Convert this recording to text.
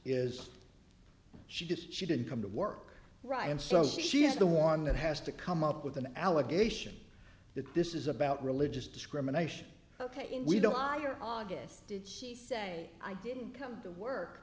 is she just she didn't come to work right and so she is the one that has to come up with an allegation that this is about religious discrimination ok and we don't hire august did she say i didn't come to work